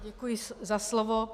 Děkuji za slovo.